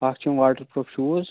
اَکھ چھِ یِم واٹَر پرٛوٗف شوٗز